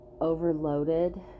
overloaded